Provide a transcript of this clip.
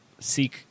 seek